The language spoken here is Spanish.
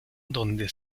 donde